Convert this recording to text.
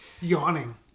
yawning